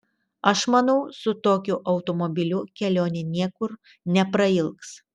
aš manau su tokiu automobiliu kelionė niekur neprailgs